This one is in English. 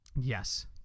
Yes